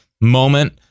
moment